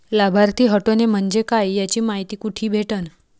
लाभार्थी हटोने म्हंजे काय याची मायती कुठी भेटन?